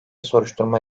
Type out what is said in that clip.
soruşturma